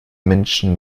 menschen